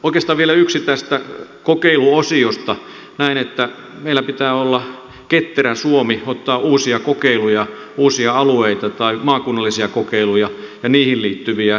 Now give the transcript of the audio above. oikeastaan vielä yksi tästä kokeiluosiosta näen että meillä pitää olla ketterä suomi ottaa uusia kokeiluja uusia alueita tai maakunnallisia kokeiluja ja niihin liittyviä osioita